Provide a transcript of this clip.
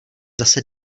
zase